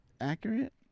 accurate